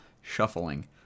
shuffling